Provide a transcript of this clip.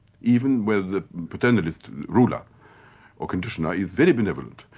even with a paternalist ruler or conditioners is very benevolent,